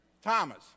Thomas